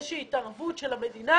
איזושהי התערבות של המדינה